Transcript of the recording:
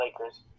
Lakers